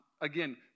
again